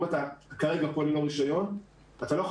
אם אתה כרגע פועל ללא רישיון אתה לא יכול